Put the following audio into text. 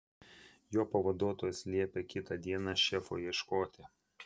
jo pavaduotojas liepė kitą dieną šefo ieškoti